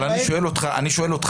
אני שואל אותך,